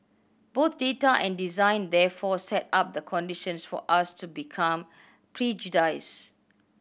both data and design therefore set up the conditions for us to become prejudiced